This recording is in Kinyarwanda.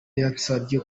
yansabye